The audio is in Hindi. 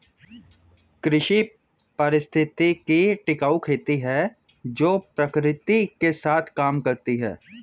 कृषि पारिस्थितिकी टिकाऊ खेती है जो प्रकृति के साथ काम करती है